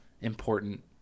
important